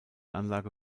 anlage